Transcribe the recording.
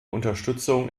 unterstützung